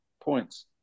points